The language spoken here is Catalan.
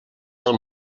del